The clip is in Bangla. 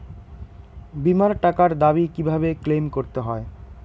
বিমার টাকার দাবি কিভাবে ক্লেইম করতে হয়?